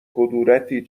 کدورتی